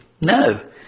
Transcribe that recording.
No